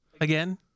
again